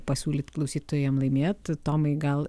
pasiūlyt klausytojam laimėt tomai gal